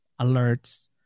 alerts